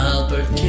Albert